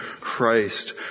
Christ